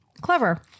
Clever